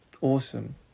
awesome